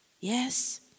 Yes